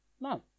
No